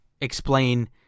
explain